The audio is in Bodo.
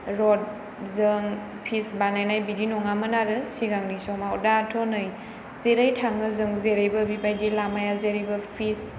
रद जों फिस बानायनाय बिदि नङामोन आरो सिगांनि समाव दाथ' नै जेरै थाङो जाें जेरैबो बेबादि लामाया जेरैबो फिस